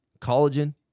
collagen